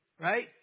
Right